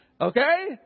okay